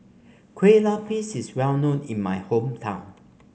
Kue Lupis is well known in my hometown